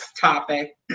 topic